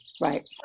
Right